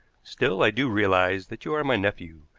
still, i do realize that you are my nephew,